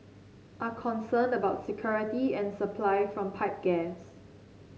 are concerned about security and supply from pipe gas